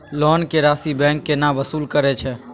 Loan के राशि bank केना वसूल करे छै?